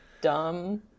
dumb